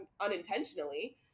unintentionally